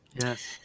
Yes